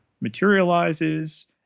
materializes